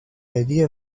idea